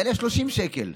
שקלים, יעלה 30 שקלים.